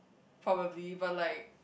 probably but like